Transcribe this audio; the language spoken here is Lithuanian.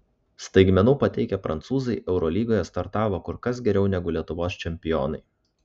staigmenų pateikę prancūzai eurolygoje startavo kur kas geriau negu lietuvos čempionai